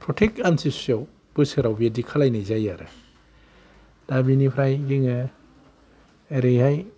फ्रथेख आमसि सुवायाव बोसोराव बेबायदि खालामनाय जायो आरो दा बेनिफ्राइ जोङो ओरैहाय